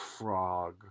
Frog